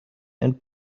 and